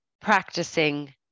practicing